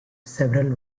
several